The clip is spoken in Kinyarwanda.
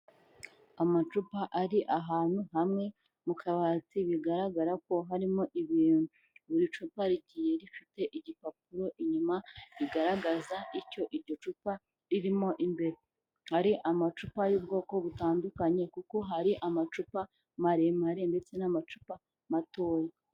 Amacupa ari ahantu hamwe mu kabati bigaragara ko harimo ibintu, buri cupa rigiye rifite igipapuro inyuma rigaragaza icyo iryo cupa ririmo, imbere ari amacupa y'ubwoko butandukanye kuko hari amacupa maremare ndetse n'amacupa matoya.